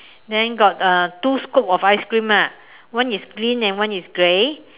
then got uh two scoops of ice cream ah one is green and one is grey